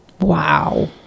Wow